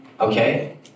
okay